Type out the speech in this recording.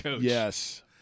Yes